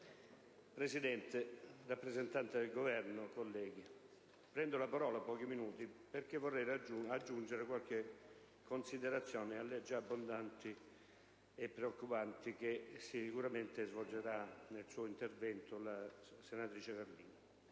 Presidente, signor rappresentante del Governo, colleghi, prendo la parola per pochi minuti perché vorrei aggiungere qualche considerazione a quelle abbondanti e preoccupanti che sicuramente svolgerà nel suo intervento la collega Carlino.